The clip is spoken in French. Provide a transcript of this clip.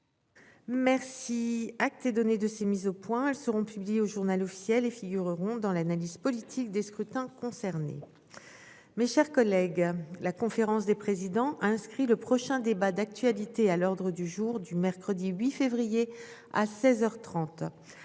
Merci. Acte est donné de ces mises au point. Elles seront publiées au Journal officiel et figureront dans l'analyse politique des scrutins concernés. Mes chers collègues, la conférence des présidents inscrit le prochain débat d'actualité à l'ordre du jour du mercredi 8 février à 16h 30.